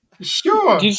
Sure